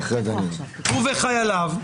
הוא וחייליו,